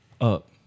up